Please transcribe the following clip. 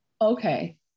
Okay